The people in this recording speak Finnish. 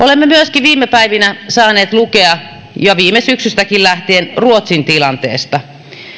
olemme myöskin viime päivinä saaneet lukea ja viime syksystäkin lähtien ruotsin tilanteesta